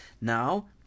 Now